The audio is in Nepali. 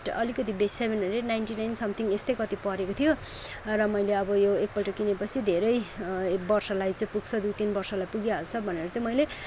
अलिकति बेसी seven hundred ninety nine something यस्तै कति परेको थियो र मैले अब यो एकपल्ट किनेपछि धेरै वर्षलाई चाहिँ पुग्छ दुई तिन वर्षलाई चाहिँ पुगिहाल्छ भनेर चाहिँ मैले